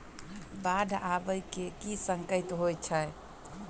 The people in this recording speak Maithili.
बाढ़ आबै केँ की संकेत होइ छै?